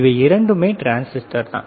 இவை இரண்டுமே டிரான்ஸிஸ்டர் தான்